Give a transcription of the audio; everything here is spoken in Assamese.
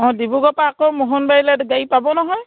অঁ ডিব্ৰুগড়ৰ পৰা আকৌ মোহনবাৰীলৈ গাড়ী পাব নহয়